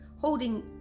holding